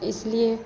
इसलिए